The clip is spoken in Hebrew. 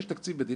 יש תקציב מדינה.